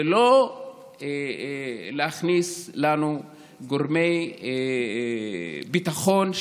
ולא להכניס לנו גורמי ביטחון,